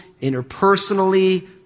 interpersonally